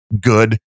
good